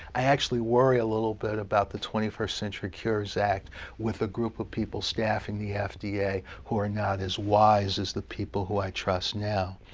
i actually worry a little bit about the twenty first century cures act with the group of people staffing the yeah fda yeah who are not as wise as the people who i trust now.